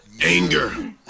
Anger